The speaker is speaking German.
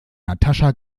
natascha